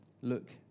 look